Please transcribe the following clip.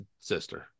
sister